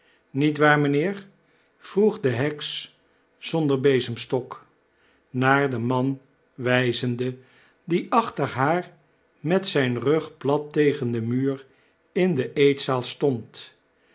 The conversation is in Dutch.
niet waar mijnheer vroeg de heks zonder bezemstok naar den man wyzende die achter haar met zyn rug plat tegen den muur in de eetzaal stond